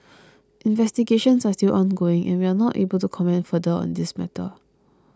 investigations are still ongoing and we are not able to comment further on this matter